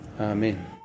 Amen